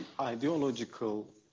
ideological